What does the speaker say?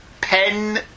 pen